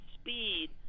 speed